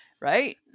right